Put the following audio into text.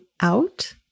out